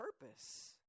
purpose